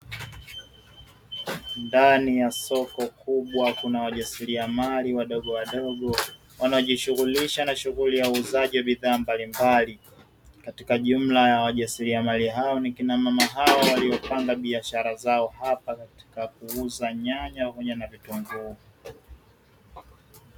Ndani ya soko kubwa kuna wajasiriamali wadogo wadogo wanaojishughulisha na shughuli ya uuzaji wa bidhaa mbalimbali katika jumla ya wajasiriamali hao ni kina mama hao waliopanga biashara zao hapa katika kuuza nyanya pamoja na vitunguu.